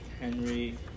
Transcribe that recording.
Henry